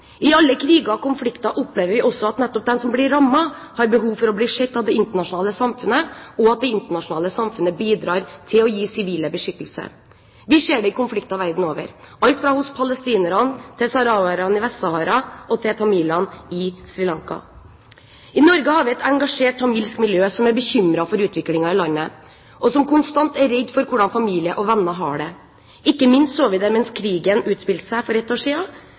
I alle kriger og konflikter opplever vi også at nettopp de som blir rammet, har behov for å bli sett av det internasjonale samfunnet, og at det internasjonale samfunnet bidrar til å gi sivile beskyttelse. Vi ser det i konflikter verden over, alt fra hos palestinerne til sahrawiene i Vest-Sahara og til tamilene i Sri Lanka. I Norge har vi et engasjert tamilsk miljø som er bekymret for utviklingen i landet, og som konstant er redd for hvordan familie og venner har det. Ikke minst så vi det mens krigen utspilte seg for ett år